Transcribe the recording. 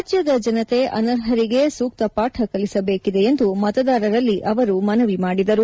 ರಾಜ್ಯದ ಜನತೆ ಅನರ್ಹರಿಗೆ ಸೂಕ್ತ ಪಾಠ ಕಲಿಸಬೇಕಿದೆ ಎಂದು ಮತದಾರರಲ್ಲಿ ಮನವಿ ಮಾಡಿಕೊಂಡರು